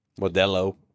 Modelo